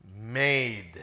made